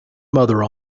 mother